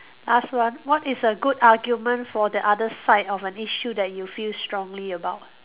ask one what is a good argument for the other side of an issue that you feel strongly about